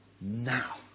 Now